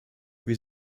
wir